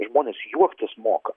ir žmonės juoktis moka